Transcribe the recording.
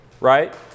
right